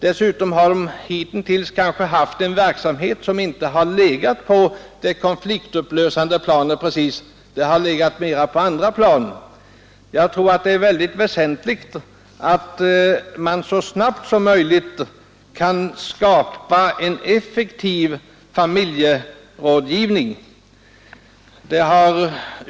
Dessutom har de hittills haft en verksamhet som inte precis legat på det konfliktupplösande planet — den har legat mer på andra plan. Jag tror att det är väsentligt att man så snabbt som möjligt kan skapa en effektiv familjerådgivning.